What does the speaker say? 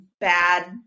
bad